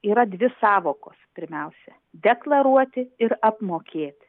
yra dvi sąvokos pirmiausia deklaruoti ir apmokėti